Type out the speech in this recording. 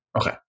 Okay